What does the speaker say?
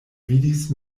vidis